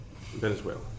Venezuela